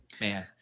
Man